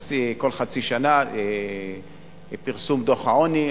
כל חצי שנה פרסום דוח העוני,